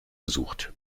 gesucht